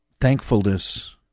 thankfulness